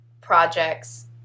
projects